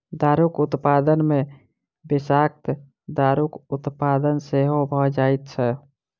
दारूक उत्पादन मे विषाक्त दारूक उत्पादन सेहो भ जाइत छै